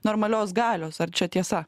normalios galios ar čia tiesa